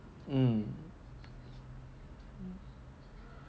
um